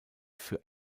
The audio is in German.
für